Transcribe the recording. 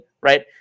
right